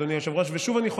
אדוני היושב-ראש.